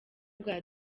bwa